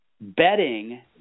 betting